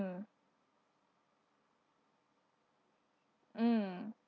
mm